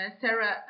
Sarah